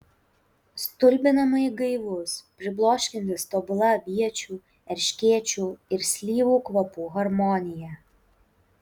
stulbinamai gaivus pribloškiantis tobula aviečių erškėčių ir slyvų kvapų harmonija